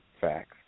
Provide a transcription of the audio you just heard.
facts